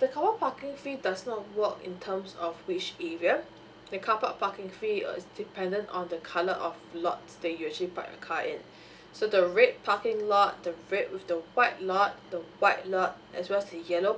the carpark parking fee does not work in terms of which area the carpark parking fee uh is dependant on the colour of lots that you actually parked your car in so the red parking lot the red with the white lot the white lot as well as the yellow